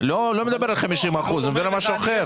לא, הוא לא מדבר על 50%, הוא מדבר על משהו אחר.